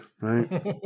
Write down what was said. right